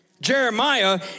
Jeremiah